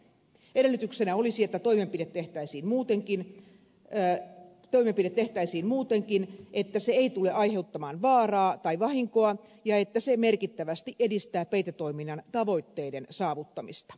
edellytyksenä olisi että toimenpide tehtäisiin muutenkin että se ei tule aiheuttamaan vaaraa tai vahinkoa ja että se merkittävästi edistää peitetoiminnan tavoitteiden saavuttamista